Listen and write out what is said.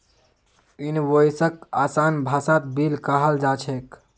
इनवॉइसक आसान भाषात बिल कहाल जा छेक